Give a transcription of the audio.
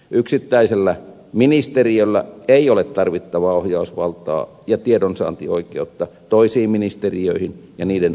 yksittäisellä ministeriöllä ei ole tarvittavaa ohjausvaltaa ja tiedonsaantioikeutta toisiin ministeriöihin ja niiden alaisiin yhtiöihin